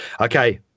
Okay